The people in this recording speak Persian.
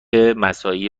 مساعی